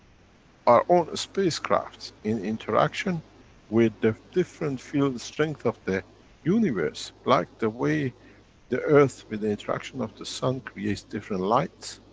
our own spacecrafts, in interaction with the different field strength of the universe, like the way the earth with the interaction of the sun creates different lights,